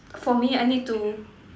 for me I need to